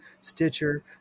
Stitcher